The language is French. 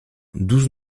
douze